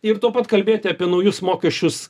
ir to pat kalbėti apie naujus mokesčius